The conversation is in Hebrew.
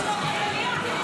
צריך לסגור את המליאה.